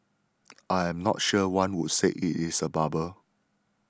I'm not sure one would say it is a bubble